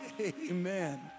Amen